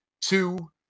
two